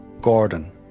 Gordon